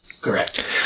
Correct